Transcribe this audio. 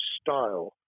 style